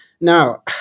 now